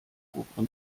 oberen